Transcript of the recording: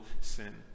sin